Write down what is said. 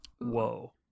Whoa